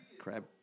crab